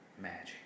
magic